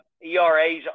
ERAs